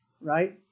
right